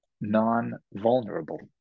non-vulnerable